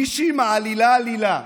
מישהי מעלילה עלילה,